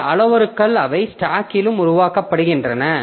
அவை அளவுருக்கள் அவை ஸ்டாக்கிலும் உருவாக்கப்படுகின்றன